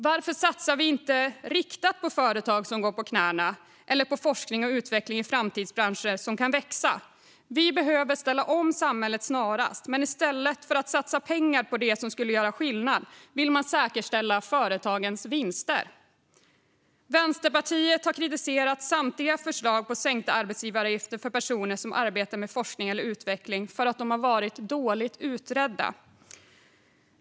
Varför satsar vi inte riktat på företag som går på knäna eller på forskning och utveckling i framtidsbranscher som kan växa? Vi behöver ställa om samhället snarast. Men i stället för att satsa pengar på det som skulle göra skillnad vill man säkerställa företagens vinster. Vänsterpartiet har kritiserat samtliga förslag på sänkta arbetsgivaravgifter för personer som arbetar med forskning eller utveckling för att de har varit dåligt utredda.